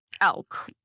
elk